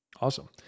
Awesome